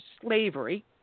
slavery